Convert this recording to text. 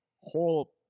whole